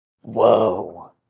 Whoa